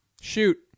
Shoot